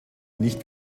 nicht